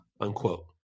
unquote